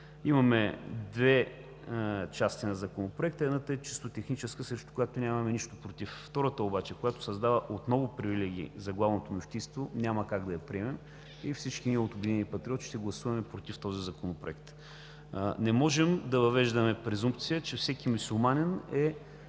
Имаме две части на Законопроекта – едната е чисто техническа, срещу която нямаме нищо против. Втората обаче, която създава отново привилегии за Главното мюфтийство, няма как да я приемем и всички ние от „Обединени патриоти“ ще гласуваме против този законопроект. Не можем да въвеждаме презумпция, че всеки мюсюлманин е